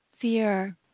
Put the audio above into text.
fear